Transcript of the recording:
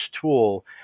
tool